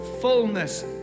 fullness